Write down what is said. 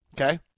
Okay